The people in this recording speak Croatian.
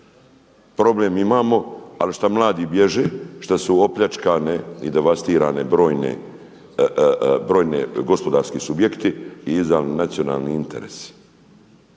Problem imamo, ali šta mladi bježe, šta su opljačkane i devastirane brojni gospodarski subjekti i izdani nacionalni interesi.